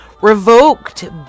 revoked